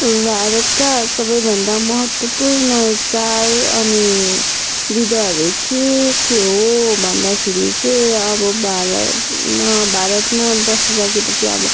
भारतका सबैभन्दा महत्त्वपूर्ण चाड अनि विदाहरू के के हो भन्दाखेरि चाहिँ अब भारतमा भारतमा बसिसकेपछि अब